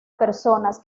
personas